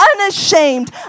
unashamed